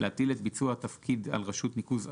להטיל את ביצוע התפקיד על רשות ניקוז אחרת,